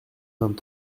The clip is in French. vingt